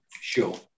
Sure